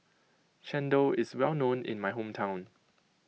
chendol is well known in my hometown